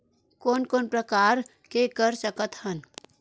कोन कोन प्रकार के कर सकथ हन?